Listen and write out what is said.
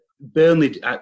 Burnley